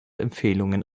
empfehlungen